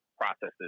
processes